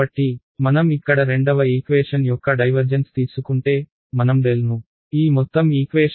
కాబట్టి మనం ఇక్కడ రెండవ ఈక్వేషన్ యొక్క డైవర్జెన్స్ తీసుకుంటే మనం ∇ ను ఈ మొత్తం ఈక్వేషన్ కు చేస్తే